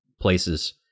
places